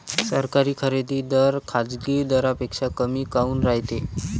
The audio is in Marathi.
सरकारी खरेदी दर खाजगी दरापेक्षा कमी काऊन रायते?